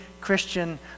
Christian